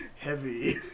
Heavy